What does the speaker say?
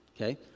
Okay